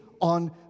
on